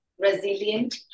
resilient